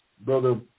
Brother